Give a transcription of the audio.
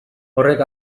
horrek